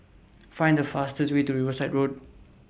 Find The fastest Way to Riverside Road